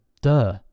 duh